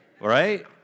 right